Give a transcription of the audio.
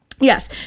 Yes